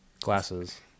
glasses